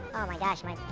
my gosh, my.